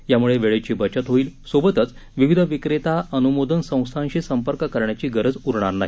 यामूळे वेळेची बचत होईल सोबतच विविध विक्रेता अनुमोदन संस्थाशी संपर्क करण्याची गरज उरणार नाही